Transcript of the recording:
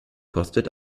kostet